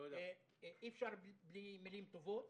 אי-אפשר בלי מילים טובות